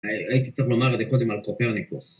‫הייתי צריך לומר ‫על קודם על קופרניקוס.